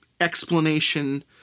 explanation